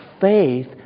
faith